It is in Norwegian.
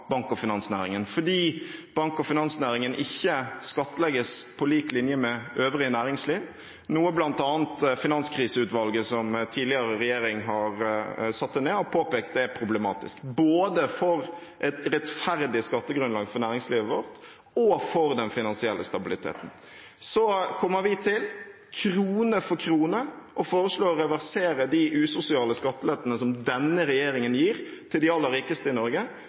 bank- og finansnæringen, fordi bank- og finansnæringen ikke skattlegges på lik linje med øvrig næringsliv, noe bl.a. Finanskriseutvalget, som tidligere regjering satte ned, påpekte er problematisk, både for et rettferdig skattegrunnlag for næringslivet vårt, og for den finansielle stabiliteten. Så kommer vi til, krone for krone, å foreslå å reversere de usosiale skattelettene som denne regjeringen gir til de aller rikeste i Norge,